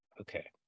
Okay